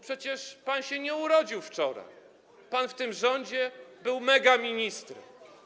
Przecież pan się nie urodził wczoraj, pan w tym rządzie był megaministrem.